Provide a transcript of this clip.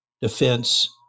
defense